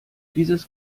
dieses